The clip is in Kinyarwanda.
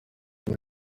muri